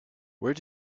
where